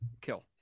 kill